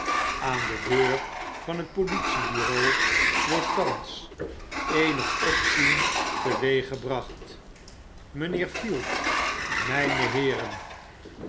an de deur van het politiebureau wordt thans eenig opzien teweeggebracht mynheer field mijne heeren